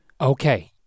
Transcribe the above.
Okay